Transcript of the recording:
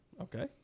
Okay